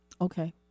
Okay